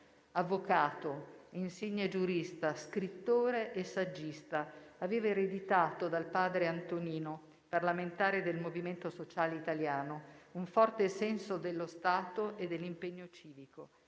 Avvocato, insigne giurista, scrittore e saggista, aveva ereditato dal padre Antonino, parlamentare del Movimento Sociale Italiano, un forte senso dello Stato e dell'impegno civico.